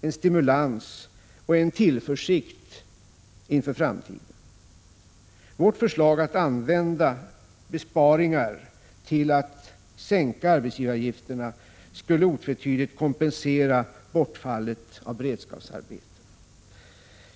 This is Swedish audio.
en stimulans och en tillförsikt inför framtiden. Vårt förslag att använda besparingar till att sänka arbetsgivaravgifterna skulle otvetydigt kompensera bortfallet av beredskapsarbeten.